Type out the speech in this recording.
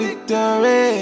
Victory